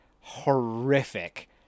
horrific